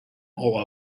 all